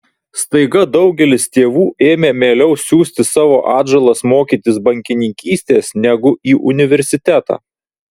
staiga daugelis tėvų ėmė mieliau siųsti savo atžalas mokytis bankininkystės negu į universitetą